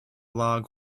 log